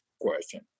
question